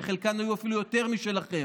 שחלקן היו אפילו יותר משלכם,